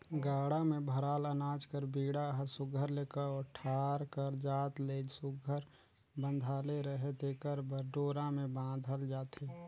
गाड़ा मे भराल अनाज कर बीड़ा हर सुग्घर ले कोठार कर जात ले सुघर बंधाले रहें तेकर बर डोरा मे बाधल जाथे